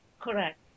Correct